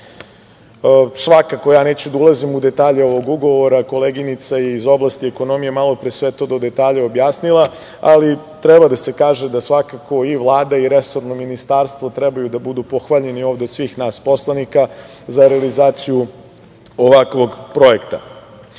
Nišu. Svakako, ja neću da ulazim u detalje ovog ugovora, koleginica iz oblasti ekonomije je malopre sve to do detalja objasnila, ali treba da se kaže da svakako i Vlada i resorno ministarstvo trebaju da budu pohvaljeni ovde od svih nas poslanika za realizaciju ovakvog projekta. Moram